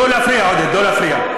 לא להפריע,